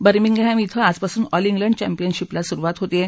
Birmingham इथं आजपासून All England चॅम्पियनशिपला सुरुवात होत आहे